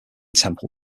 temple